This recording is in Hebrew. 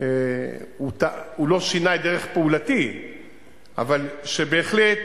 הוא לא שינה את דרך פעולתי אבל בהחלט